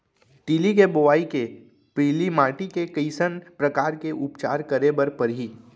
तिलि के बोआई के पहिली माटी के कइसन प्रकार के उपचार करे बर परही?